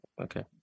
Okay